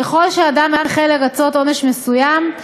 ככל שאדם החל לרצות עונש מסוים,